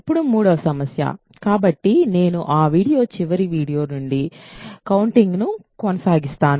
ఇప్పుడు మూడవ సమస్య కాబట్టి నేను ఆ వీడియో చివరి వీడియో నుండి కౌంటింగ్ను కొనసాగిస్తాను